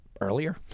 earlier